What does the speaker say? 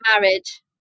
marriage